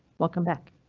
welcome back.